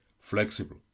flexible